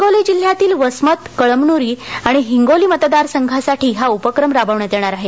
हिंगोली जिल्ह्यातील वसमत कळमनुरी आणि हिंगोली मतदार संघासाठी हा उपक्रम राबवण्यात येणार आहे